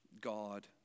God